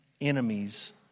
enemies